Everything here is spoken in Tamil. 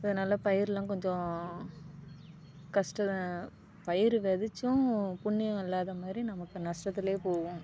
இப்போ நல்லா பயிரரெலாம் கொஞ்சம் கஷ்டம் பயிர் விதச்சும் புண்ணியம் இல்லாத மாதிரி நமக்கு நஷ்டத்தில் போகும்